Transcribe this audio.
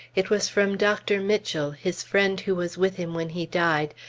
it was from dr. mitchell, his friend who was with him when he died,